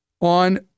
on